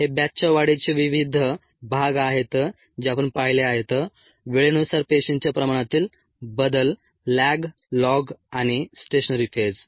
हे बॅचच्या वाढीचे विविध भाग आहेत जे आपण पाहिले आहेत वेळेनुसार पेशींच्या प्रमाणातील बदल लॅग लॉग आणि स्टेशनरी फेज